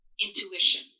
intuition